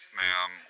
ma'am